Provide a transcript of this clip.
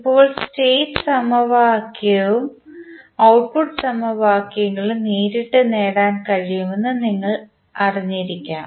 ഇപ്പോൾ സ്റ്റേറ്റ് സമവാക്യവും ഔട്ട്പുട്ട് സമവാക്യങ്ങളും നേരിട്ട് നേടാൻ കഴിയുമെന്ന് നിങ്ങൾ അറിഞ്ഞിരിക്കാം